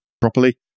properly